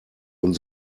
und